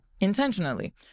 intentionally